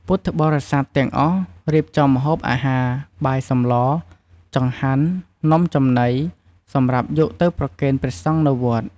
ពុទ្ធបរិស័ទទាំងអស់ រៀបចំម្ហូបអាហារ បាយសម្ល ចង្ហាន់ នំចំណី សម្រាប់យកទៅប្រគេនព្រះសង្ឃនៅវត្ត។